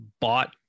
bought